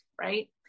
Right